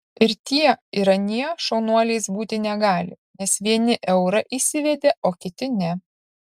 ir tie ir anie šaunuoliais būti negali nes vieni eurą įsivedė o kiti ne